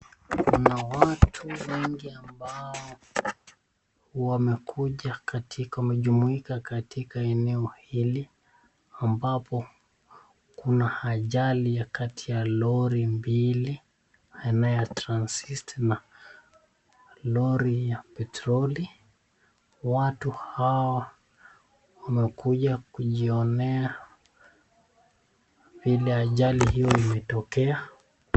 Kuna watu wengi ambao wamejumuika katika eneo hili ambapo kuna ajali baina ya lori mbili aina ya *transist* na lori ya petroli watu hawa wamekuja kujionea vile ajali hio imetokea.